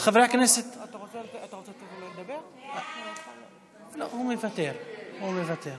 אין בקשת הממשלה להאריך את תקופת ההארכה לפי חוק לתיקון ולקיום תוקפן